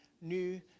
new